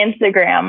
instagram